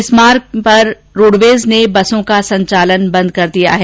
इस मार्ग पर रोडवेज ने बसों का संचालन बंद कर दिया है